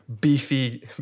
Beefy